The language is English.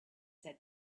said